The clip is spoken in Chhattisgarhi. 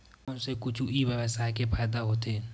फोन से कुछु ई व्यवसाय हे फ़ायदा होथे?